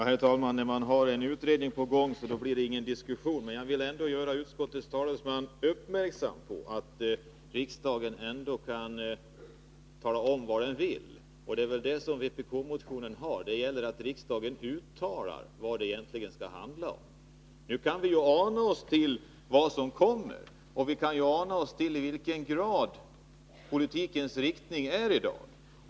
Herr talman! Om en utedning pågår, blir det ingen diskussion, men jag vill ändå göra utskottets talesman uppmärksam på att riksdagen bör kunna tala om vad den vill. Det är detta vpk-motionen går ut på: att riksdagen uttalar vad det egentligen skall handla om. Nu kan vi ana oss till vad som kommer, och vi kan ana oss till politikens inriktning i dag.